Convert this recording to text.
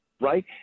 right